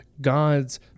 God's